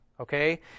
Okay